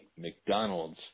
McDonald's